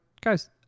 guys